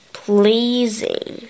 pleasing